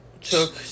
took